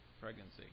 pregnancy